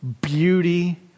beauty